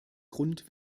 grund